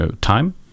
time